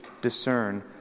discern